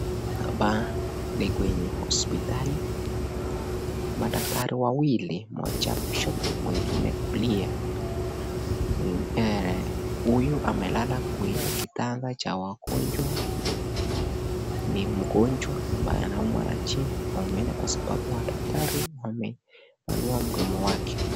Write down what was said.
Hapa ni kwenye hospitali madaktari wawili moja kushoto mwingine kulia, huyu amelala kwenye kitanda cha wagonjwa ni mgonjwa ambaye anaumwa na jino wa meno kwa sababu daktari wamepanua mdomo wake.